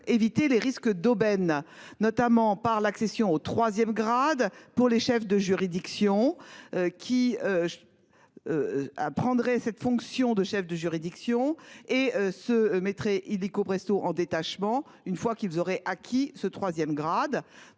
éviter les risques d'aubaine notamment par l'accession au 3e grade pour les chefs de juridiction. Qui. A prendrait cette fonction de chef de juridiction et se mettrait illico Presto en détachement. Une fois qu'ils auraient acquis ce 3ème grade